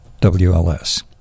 WLS